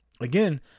again